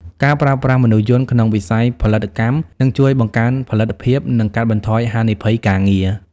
ការប្រើប្រាស់មនុស្សយន្តក្នុងវិស័យផលិតកម្មនឹងជួយបង្កើនផលិតភាព និងកាត់បន្ថយហានិភ័យការងារ។